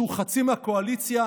שהוא חצי מהקואליציה,